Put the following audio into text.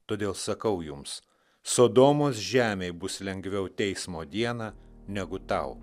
todėl sakau jums sodomos žemei bus lengviau teismo dieną negu tau